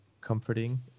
comforting